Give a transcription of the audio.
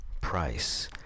Price